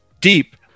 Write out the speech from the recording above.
deep